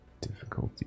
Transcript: difficulty